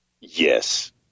Yes